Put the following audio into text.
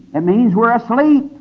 it means we're asleep!